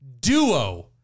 duo